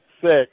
six